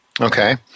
Okay